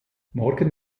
morgen